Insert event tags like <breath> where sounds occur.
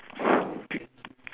<breath>